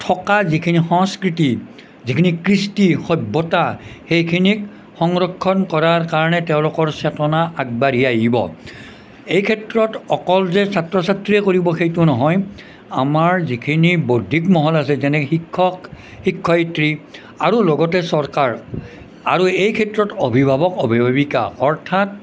থকা যিখিনি সংস্কৃতি যিখিনি কৃষ্টি সভ্যতা সেইখিনিক সংৰক্ষণ কৰাৰ কাৰণে তেওঁলোকৰ চেতনা আগবাঢ়ি আহিব এই ক্ষেত্ৰত অকল যে ছাত্ৰ ছাত্ৰীয়ে কৰিব সেইটো নহয় আমাৰ যিখিনি বৌদ্ধিক মহল আছে যেনে শিক্ষক শিক্ষয়িত্ৰী আৰু লগতে চৰকাৰ আৰু এই ক্ষেত্ৰত অভিভাৱক অভিভাৱিকা অৰ্থাৎ